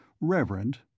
Reverend